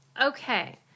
Okay